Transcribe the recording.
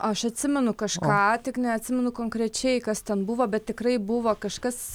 aš atsimenu kažką tik neatsimenu konkrečiai kas ten buvo bet tikrai buvo kažkas